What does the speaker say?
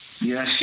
yes